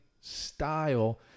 style